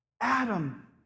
Adam